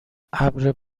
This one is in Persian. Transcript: ابر